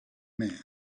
man